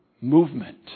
movement